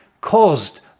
caused